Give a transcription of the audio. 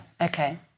okay